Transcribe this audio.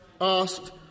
asked